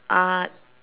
art